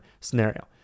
scenario